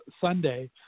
Sunday